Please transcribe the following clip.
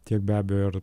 tiek be abejo ir